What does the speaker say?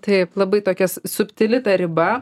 taip labai tokias subtili riba